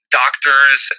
doctors